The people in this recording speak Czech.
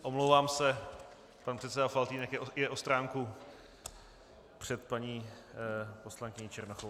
Omlouvám se, pan předseda Faltýnek je o stránku před paní poslankyní Černochovou.